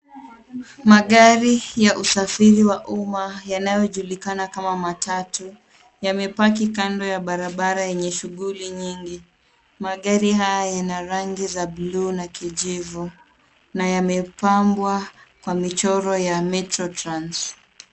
Magari ya usafiri wa umma, yanayojulikana kama matatu yamepaki kando ya barabara yenye shughuli nyingi. Magari haya yana rangi ya buluu na kijivu na yamepambwa kwa michoro ya METRO TRANS .